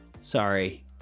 sorry